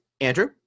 Andrew